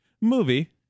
Movie